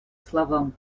словам